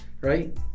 Right